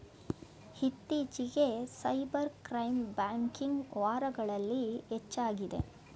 ಇತ್ತೀಚಿಗೆ cyber crime banking ವಾರಗಳಲ್ಲಿ ಹೆಚ್ಚಾಗಿದೆ